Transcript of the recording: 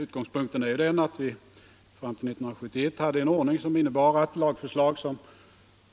Utgångspunkten är den att vi fram till 1971 hade en ordning som innebar, att lagförslag som